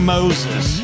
Moses